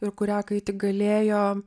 ir kurią kai tik galėjo